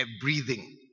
breathing